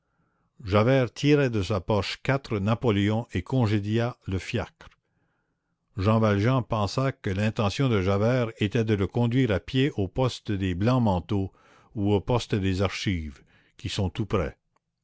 javert tira de sa poche quatre napoléons et congédia le fiacre jean valjean pensa que l'intention de javert était de le conduire à pied au poste des blancs-manteaux ou au poste des archives qui sont tout près